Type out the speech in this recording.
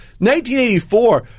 1984